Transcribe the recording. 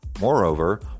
Moreover